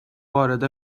arada